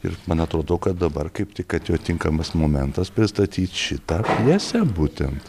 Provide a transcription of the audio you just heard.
ir man atrodo kad dabar kaip tik atėjo tinkamas momentas pristatyt šitą pjesę būtent